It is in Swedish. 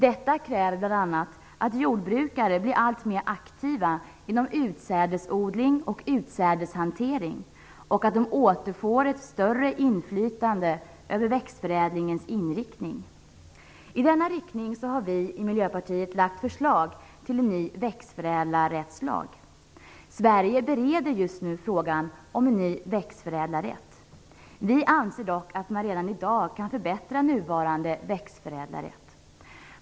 Detta kräver bl.a. att jordbrukare blir allt mer aktiva inom utsädesodling och utsädeshantering och att de återfår ett större inflytande över växtförädlingens inriktning. I denna riktning har vi i Miljöpartiet lagt fram ett förslag till ny växtförädlarrättslag. Sverige bereder just nu frågan om en ny växtförädlarrätt. Vi anser dock att man redan i dag kan förbättra nuvarande växtförädlarrätt.